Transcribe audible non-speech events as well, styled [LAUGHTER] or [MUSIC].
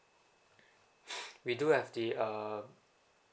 [NOISE] we do have the uh